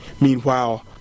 Meanwhile